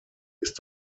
ist